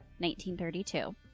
1932